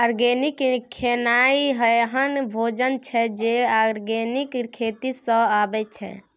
organic खेनाइ एहन भोजन छै जे आर्गेनिक खेती सँ अबै छै